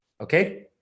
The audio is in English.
okay